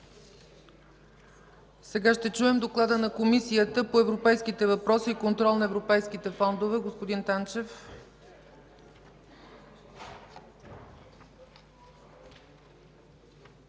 Сега ще чуем доклада на Комисията по европейските въпроси и контрол на европейските фондове. Господин Танчев,